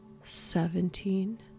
Seventeen